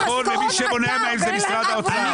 יביאו משכורות עתק.